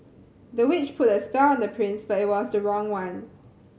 the witch put a spell on the prince but it was the wrong one